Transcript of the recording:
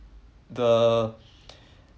the